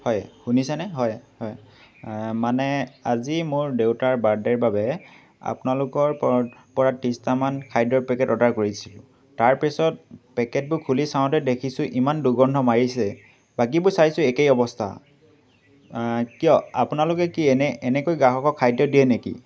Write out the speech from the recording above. হয় শুনিছেনে হয় হয় মানে আজি মোৰ দেউতাৰ বাৰ্থডে'ৰ বাবে আপোনালোকৰ প পৰা ত্ৰিছটামান খাদ্যৰ পেকেট অৰ্ডাৰ কৰিছিলোঁ তাৰপিছত পেকেটবোৰ খুলি চাওঁতে দেখিছো ইমান দুৰ্গন্ধ মাৰিছে বাকীবোৰ চাইছোঁ একেই অৱস্থা কিয় আপোনালোকে কি এনে এনেকৈ গ্ৰাহকৰ খাদ্য দিয়ে নেকি